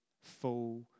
full